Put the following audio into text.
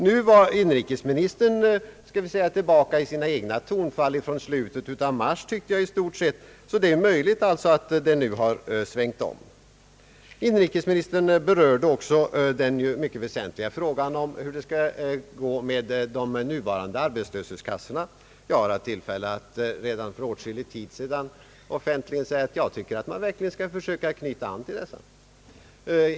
Nu tyckte jag att inrikesministern i stort seit var tillbaka i sina egna tonfall från slutet av mars. Det är alltså möjligt att man har svängt om i sin inställning. Inrikesministern berörde också den mycket väsentliga frågan om hur det skall gå med de nuvarande arbetslöshetskassorna. Jag hade redan för ganska lång tid sedan tillfälle att offentligen säga att jag tycker att man verkligen skall försöka knyta an till dessa.